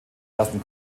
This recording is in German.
ersten